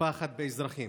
ופחד על האזרחים.